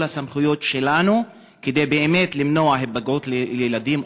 הסמכויות שלנו כדי באמת למנוע היפגעות של ילדים,